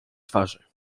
twarzy